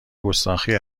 گستاخی